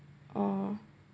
oh